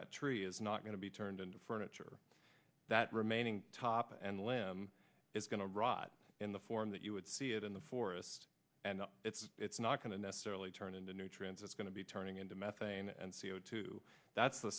that tree is not going to be turned into furniture that remaining top and limb is going to rot in the form that you would see it in the forest and it's it's not going to necessarily turn into new trends it's going to be turning into methane and c o two that's the